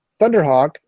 Thunderhawk